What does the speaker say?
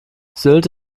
sylt